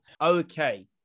Okay